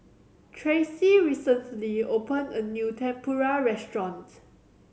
Tracey recently opened a new Tempura restaurant